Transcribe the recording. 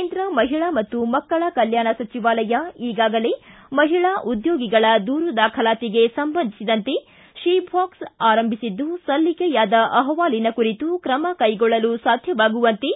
ಕೇಂದ್ರ ಮಹಿಳಾ ಮತ್ತು ಮಕ್ಕಳ ಕಲ್ಕಾಣ ಸಚಿವಾಲಯ ಈಗಾಗಲೇ ಮಹಿಳಾ ಉದ್ಯೋಗಿಗಳ ದೂರು ದಾಖಲಾತಿಗೆ ಸಂಬಂಧಿಸಿದಂತೆ ಶಿ ಬಾಕ್ಸ್ ಆರಂಭಿಸಿದ್ದು ಸಲ್ಲಿಕೆಯಾದ ಅಹವಾಲಿನ ಕುರಿತು ಕ್ರಮ ಕೈಗೊಳ್ಳಲು ಸಾಧ್ಯವಾಗುವಂತೆ